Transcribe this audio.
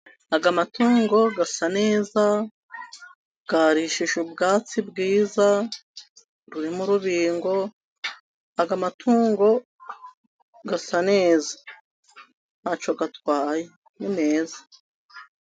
Aya amatungo asa neza, yarishije ubwatsi bwiza, burimo urubingo, aya amatungo asa neza. Ntacyo atwaye, ni meza.